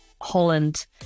holland